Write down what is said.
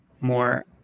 more